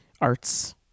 arts